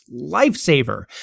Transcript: lifesaver